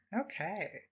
Okay